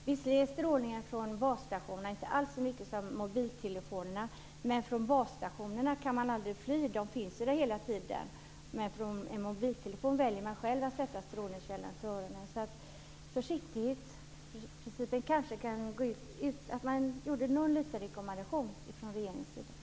Visserligen är strålningen från basstationerna inte alls lika hög som från mobiltelefonerna, men från basstationerna kan man aldrig fly. De finns där hela tiden. Med en mobiltelefon väljer man själv att sätta strålningskällan till örat. Med utgångspunkt i försiktighetsprincipen kanske man kunde gå ut och göra någon liten rekommendation från regeringens sida.